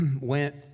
went